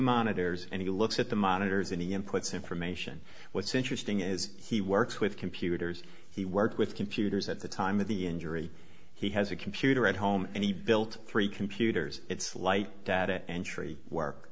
monitors and he looks at the monitors and he inputs information what's interesting is he works with computers he work with computers at the time of the injury he has a computer at home and he built three computers it's like that it entry work